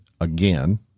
again